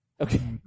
Okay